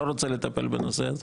לא רוצה לטפל בנושא הזה?